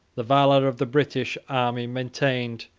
the valor of the british army maintained,